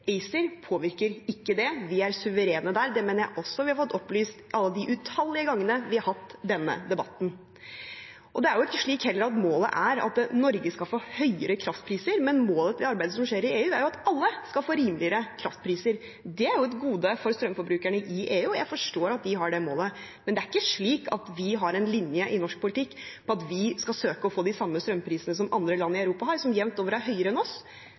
ACER påvirker ikke det. Vi er suverene der, og det mener jeg også vi har fått opplyst alle de utallige gangene vi har hatt denne debatten. Det er heller ikke slik at målet er at Norge skal få høyere kraftpriser, men målet med arbeidet som skjer i EU, er at alle skal få rimeligere kraftpriser. Det er et gode for strømforbrukerne i EU, og jeg forstår at de har det målet. Men det er ikke slik at vi har den linjen i norsk politikk at vi skal søke å få de samme strømprisene som andre land i Europa har, som jevnt over er høyere enn hos oss.